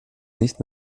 nicht